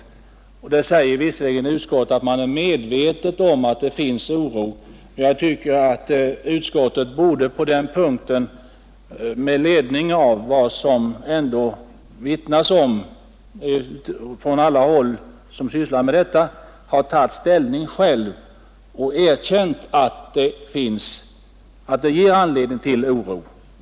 Utskottet säger visserligen att det ”är medvetet om att det finns en oro”, men jag tycker att utskottet med ledning av vad som ändå omvittnas från alla håll, där man sysslar med detta, borde ha tagit ställning på denna punkt och erkänt att det finns anledning till oro.